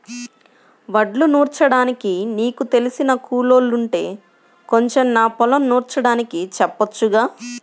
వడ్లు నూర్చడానికి నీకు తెలిసిన కూలోల్లుంటే కొంచెం నా పొలం నూర్చడానికి చెప్పొచ్చుగా